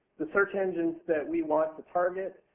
the search engines that we want to target.